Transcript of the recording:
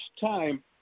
time